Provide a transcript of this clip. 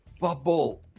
bubble